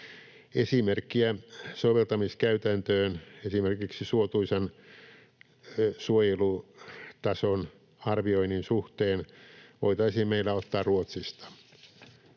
Esimerkkiä soveltamiskäytäntöön esimerkiksi suotuisan suojelutason arvioinnin suhteen voitaisiin meillä ottaa Ruotsista.